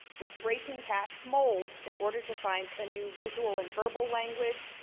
with breaking past molds, in order to find a new visual and verbal language,